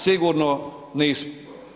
Sigurno nismo.